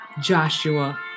Joshua